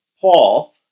Paul